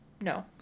No